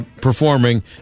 performing